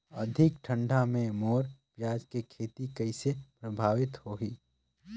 अधिक ठंडा मे मोर पियाज के खेती कइसे प्रभावित होही?